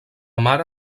mare